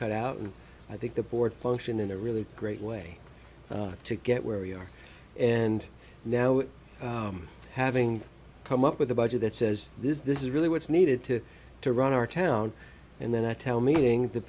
cut out and i think the board function in a really great way to get where we are and now having come up with a budget that says this is really what's needed to to run our town and then i tell meeting th